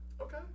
Okay